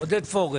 עודד פורר.